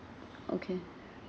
okay